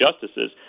justices